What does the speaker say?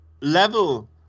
level